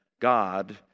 God